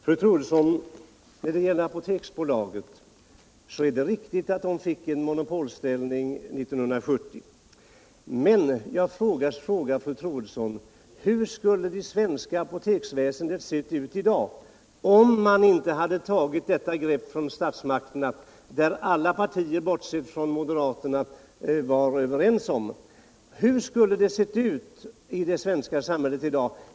Herr talman! Det är riktigt att Apoteksbolaget fick monopolställning 1970. Men jag frågar fru Troedsson: Hur skulle det svenska apoteksväsendet se ut i dag om inte statsmakterna hade tagit detta grepp? Alla partier, bortsett från moderaterna, var överens. Hur skulle det ha sett ut annars?